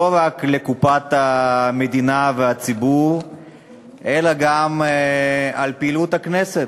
לא רק לקופת המדינה והציבור אלא גם לגבי פעילות הכנסת.